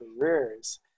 careers